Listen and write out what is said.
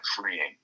freeing